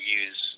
use